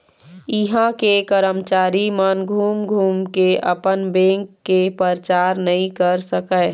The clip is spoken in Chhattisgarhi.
इहां के करमचारी मन घूम घूम के अपन बेंक के परचार नइ कर सकय